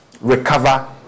recover